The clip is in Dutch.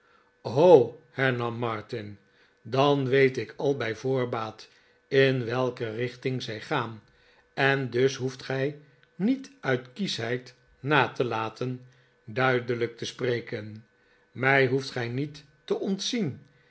martin dan weet ik al bij voorbaat in welke richting zij gaan en dus hoeft gij niet uit kieschheid na te laten duidelijk te spreken mij hoeft gij niet te ontzien